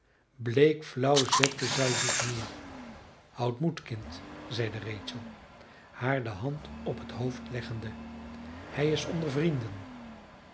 bleek flauw zette zij zich neer houd moed kind zeide rachel haar de hand op het hoofd leggende hij is onder vrienden